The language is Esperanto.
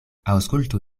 aŭskultu